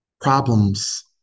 Problems